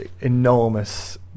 enormous